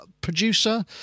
producer